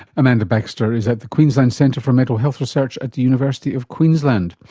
amanda baxter is at the queensland centre for mental health research at the university of queensland.